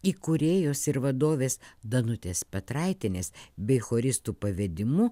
įkūrėjos ir vadovės danutės petraitienės bei choristų pavedimu